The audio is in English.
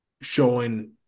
showing –